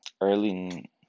early